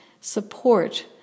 support